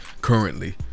currently